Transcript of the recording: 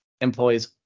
employees